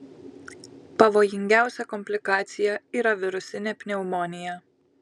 pavojingiausia komplikacija yra virusinė pneumonija